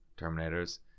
terminators